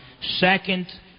Second